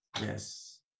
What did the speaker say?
Yes